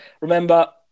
Remember